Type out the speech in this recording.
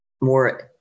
more